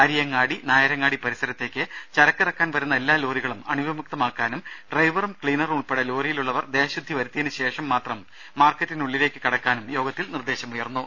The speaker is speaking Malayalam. അരിയങ്ങാടി നായരങ്ങാടി പരിസരത്തേയ്ക്ക് ചരക്ക് ഇറക്കാൻ വരുന്ന എല്ലാ ലോറികളും അണുവിമുക്തമാക്കാനും ഡ്രൈവറും ക്ലീനറും ഉൾപ്പെടെ ലോറിയിലുള്ളവർ ദേഹശുദ്ധി വരുത്തിയതിനുശേഷം മാത്രം മാർക്കറ്റിനുള്ളിലേയ്ക്ക് കടക്കാനും യോഗത്തിൽ നിർദ്ദേശം ഉയർന്നു